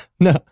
No